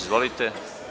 Izvolite.